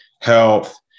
health